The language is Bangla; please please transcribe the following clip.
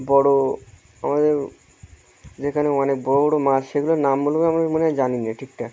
বড়ো আমাদের এখানে অনেক বড়ো বড়ো মাছ সেগুলোর নামগুলোও আমি মনে হয় জানি না ঠিকঠাক